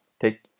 Take